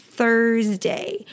Thursday